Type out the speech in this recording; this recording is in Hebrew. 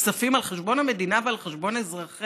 כספים על חשבון המדינה ועל חשבון אזרחיה.